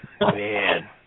Man